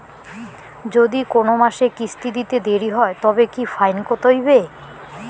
যদি কোন মাসে কিস্তি দিতে দেরি হয় তবে কি ফাইন কতহবে?